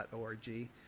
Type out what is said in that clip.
org